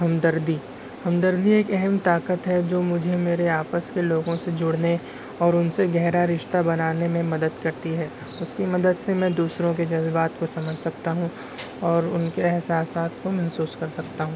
ہمدردی ہمدردی ایک اہم طاقت ہے جو مجھے میرے آپس کے لوگوں سے جوڑنے اور ان سے گہرا رشتہ بنانے میں مدد کرتی ہے اس کی مدد سے میں دوسروں کے جذبات کو سمجھ سکتا ہوں اور ان کے احساسات کو محسوس کر سکتا ہوں